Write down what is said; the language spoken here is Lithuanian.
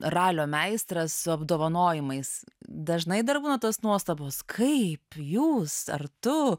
ralio meistras su apdovanojimais dažnai dar būna tos nuostabus kaip jūs ar tu